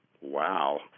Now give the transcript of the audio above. Wow